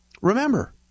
Remember